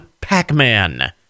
Pac-Man